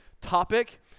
topic